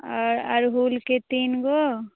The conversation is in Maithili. आओर अड़हुलके तीन गो